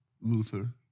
Luther